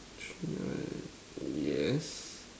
yes